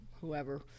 whoever